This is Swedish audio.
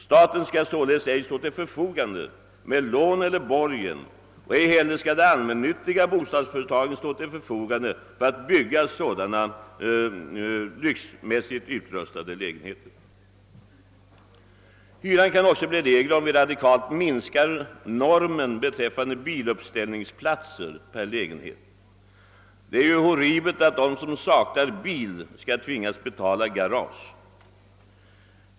Staten skall således ej stå till förfogande med lån eller borgen, och ej heller skall de allmännyttiga bostadsföretagen stå till förfogande för att bygga sådana lyxlägenheter. Hyran kan likaså bli lägre om vi radikalt ändrar normen beträffande biluppställningsplatser. Det är ju horribelt att den som saknar bil skall tvingas betala för garage.